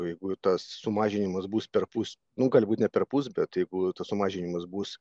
jeigu tas sumažinimas bus perpus nu gali būt ne perpus bet jeigu tas sumažinimas bus